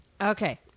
okay